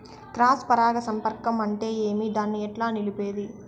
Cross పరాగ సంపర్కం అంటే ఏమి? దాన్ని ఎట్లా నిలిపేది?